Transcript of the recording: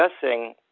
discussing